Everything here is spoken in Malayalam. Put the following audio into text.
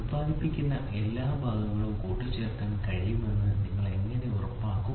ഉൽപാദിപ്പിക്കുന്ന എല്ലാ ഭാഗങ്ങളും കൂട്ടിച്ചേർക്കാൻ കഴിയുമെന്ന് നിങ്ങൾ എങ്ങനെ ഉറപ്പാക്കും